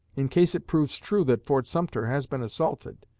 in case it proves true that fort sumter has been assaulted,